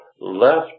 left